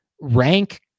rank